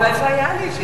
הלוואי שהיה לי.